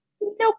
Nope